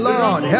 Lord